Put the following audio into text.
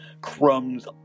crumbs